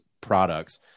products